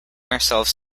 ourselves